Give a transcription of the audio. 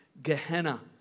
Gehenna